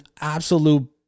absolute